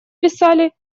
писали